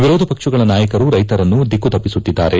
ವಿರೋಧ ಪಕ್ಷಗಳ ನಾಯಕರು ರೈತರನ್ನು ದಿಕ್ಕು ತಪ್ಪಿಸುತ್ತಿದ್ದಾರೆ